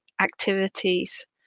activities